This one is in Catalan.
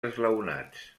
esglaonats